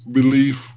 belief